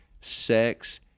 sex